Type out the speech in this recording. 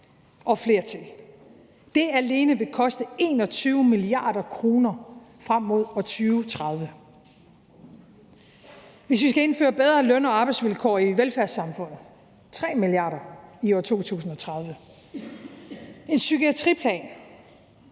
og flere til. Det alene vil koste 21 mia. kr. frem mod år 2030. Hvis vi skal indføre bedre løn- og arbejdsvilkår i velfærdssamfundet, vil det koste 3 mia. kr. i år 2030. En psykiatriplan